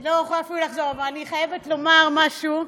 אני חייבת לומר משהו.